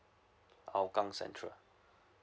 hougang central